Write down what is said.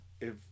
if-